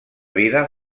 vida